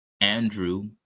Andrew